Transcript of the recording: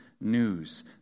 news